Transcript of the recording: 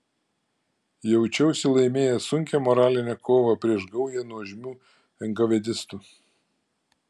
jaučiausi laimėjęs sunkią moralinę kovą prieš gaują nuožmių enkavėdistų